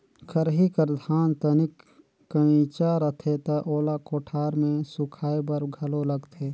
खरही कर धान तनिक कइंचा रथे त ओला कोठार मे सुखाए बर घलो लगथे